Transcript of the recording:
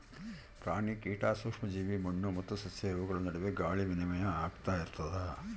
ಪ್ರಾಣಿ ಕೀಟ ಸೂಕ್ಷ್ಮ ಜೀವಿ ಮಣ್ಣು ಮತ್ತು ಸಸ್ಯ ಇವುಗಳ ನಡುವೆ ಗಾಳಿ ವಿನಿಮಯ ಆಗ್ತಾ ಇರ್ತದ